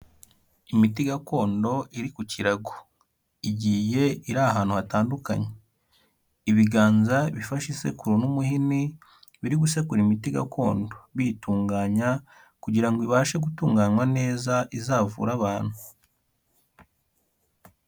Imiti gakondo iri ku kirago. Igiye iri ahantu hatandukanye. Ibiganza bifashe isekuru n'umuhini biri gusekura imiti gakondo, biyitunganya kugira ngo ibashe gutunganywa neza, izavure abantu.